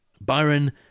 Byron